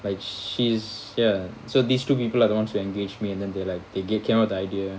like she's ya so these two people are the ones who engage me and then they like they came up with the idea